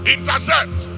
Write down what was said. Intercept